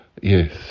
yes